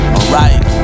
Alright